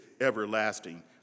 everlasting